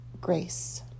grace